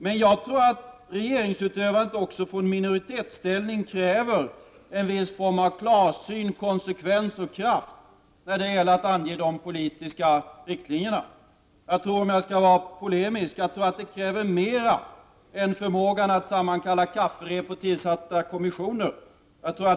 Men regeringsutövandet också i en minoritetsställning kräver en viss form av klarsyn, konsekvens och kraft när det gäller att ange de politiska riktlinjerna. Om jag skall vara polemisk tror jag att det kräver mera än förmåga att sammankalla kafferep och tillsätta kommissioner.